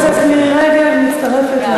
גם חברת הכנסת מירי רגב מצטרפת ל"בעד".